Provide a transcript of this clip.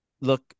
look